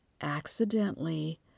accidentally